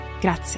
Grazie